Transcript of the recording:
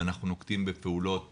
ואנחנו נוקטים בפעולות